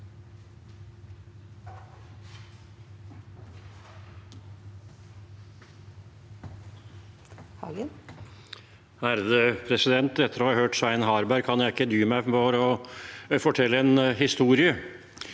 (FrP) Etter å ha hørt Svein Harberg kan jeg ikke dy meg for å fortelle en historie.